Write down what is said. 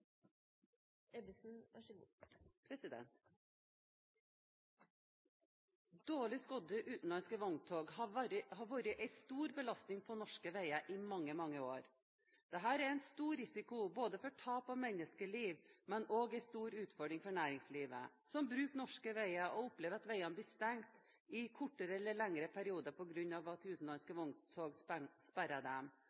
Dårlig skodde utenlandske vogntog har vært en stor belastning på norske veier i mange, mange år. Det utgjør både en stor risiko for tap av menneskeliv og en stor utfordring for næringslivet som bruker norske veier og opplever at veier blir stengt i kortere eller lengre perioder på grunn av at utenlandske